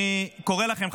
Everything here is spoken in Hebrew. אני קורא לכם,